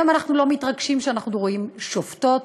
היום אנחנו לא מתרגשים כשאנחנו רואים שופטות,